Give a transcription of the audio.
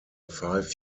five